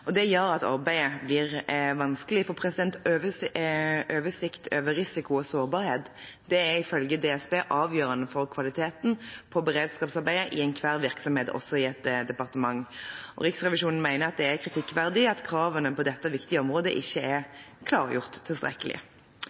områder. Det gjør at arbeidet blir vanskelig, for oversikt over risiko og sårbarhet er ifølge DSB avgjørende for kvaliteten på beredskapsarbeidet i enhver virksomhet, også i et departement. Riksrevisjonen mener det er kritikkverdig at kravene på dette viktige området ikke er klargjort tilstrekkelig.